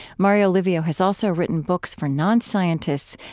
mario livio has also written books for non-scientists,